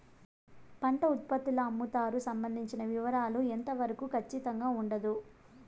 పంట ఉత్పత్తుల అమ్ముతారు సంబంధించిన వివరాలు ఎంత వరకు ఖచ్చితంగా ఉండదు?